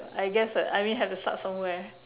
I guess uh I mean have to start somewhere